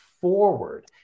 forward